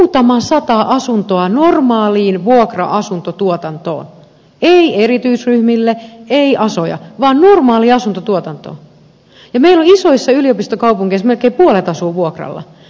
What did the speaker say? me olemme rakentaneet muutaman sata asuntoa normaaliin vuokra asuntotuotantoon ei erityisryhmille ei asoja vaan normaaliin asuntotuotantoon ja meillä isoissa yliopistokaupungeissa melkein puolet asuu vuokralla